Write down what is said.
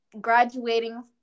graduating